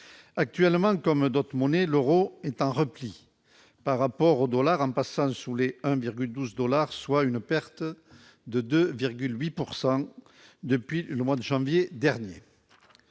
actuellement, comme d'autres monnaies, l'Euro est en repli par rapport au dollar en passant sous l'et 1,12 dollars, soit une perte de 2,8 pourcent depuis le mois de janvier dernier,